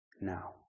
now